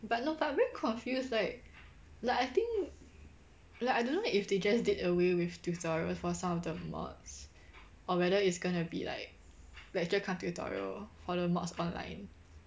but no but I very confused like like I think like I don't know if they just did away with tutorials for some of the mods or whether it's going to be like lecture kind of tutorial for the mods online